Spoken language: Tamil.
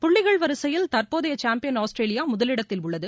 புள்ளிகள் வரிசையில் தற்போதைய சாம்பியன் ஆஸ்திரேலியா முதலிடத்தில் உள்ளது